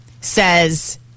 says